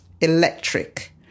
electric